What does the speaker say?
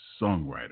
songwriter